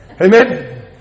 Amen